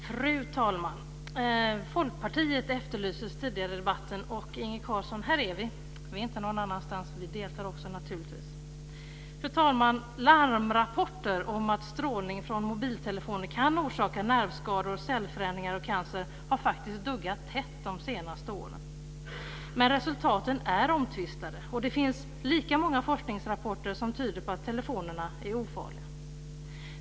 Fru talman! Folkpartiet efterlystes tidigare i debatten. Inge Carlsson! Här är vi. Vi är inte någon annanstans; vi deltar naturligtvis också. Fru talman! Larmrapporter om att strålning från mobiltelefoner kan orsaka nervskador, cellförändringar och cancer har faktiskt duggat tätt de senaste åren, men resultaten är omtvistade, och det finns lika många forskningsrapporter som tyder på att telefonerna är ofarliga.